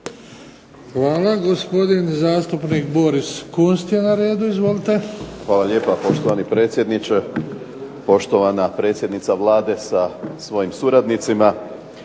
Hvala. Gospodin zastupnik Boris Kunst je na redu. Izvolite. **Kunst, Boris (HDZ)** Hvala lijepa poštovani predsjedniče, poštovana predsjednica Vlade sa svojim suradnicima.